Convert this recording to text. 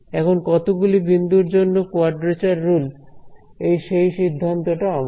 এখন কতগুলি বিন্দুর জন্য কোয়াড্রেচার রুল সেই সিদ্ধান্তটা আমার